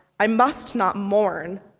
i must not mourn.